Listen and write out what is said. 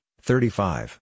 thirty-five